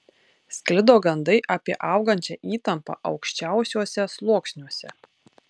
sklido gandai apie augančią įtampą aukščiausiuose sluoksniuose